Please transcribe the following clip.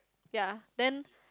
ya then